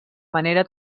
manera